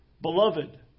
Beloved